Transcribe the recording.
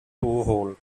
borehole